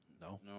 No